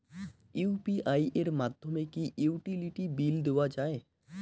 UPI এর মাধ্যমে কি ইউটিলিটি বিল দেওয়া যায়?